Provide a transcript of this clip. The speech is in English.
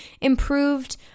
improved